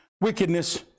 wickedness